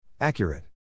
Accurate